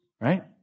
right